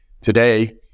Today